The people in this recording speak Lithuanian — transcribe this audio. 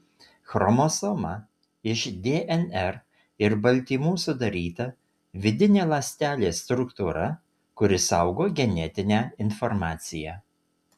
chromosoma iš dnr ir baltymų sudaryta vidinė ląstelės struktūra kuri saugo genetinę informaciją